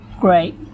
great